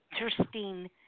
interesting